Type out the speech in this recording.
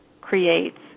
creates